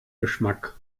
geschmack